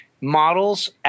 models